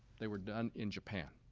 they were done in japan.